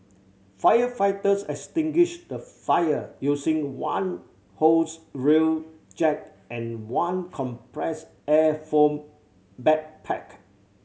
firefighters extinguished the fire using one hose reel jet and one compressed air foam backpack